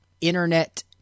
internet